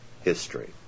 history